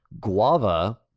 Guava